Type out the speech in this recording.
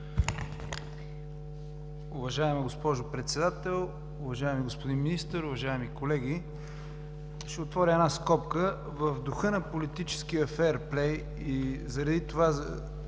Уважаема госпожо Председател, уважаеми господин Министър, уважаеми колеги! Ще отворя една скоба. В духа на политическия феърплей и защото